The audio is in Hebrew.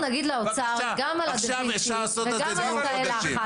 אנחנו נגיד לאוצר גם על הדה וינצ'י וגם על תאי הלחץ